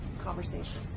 conversations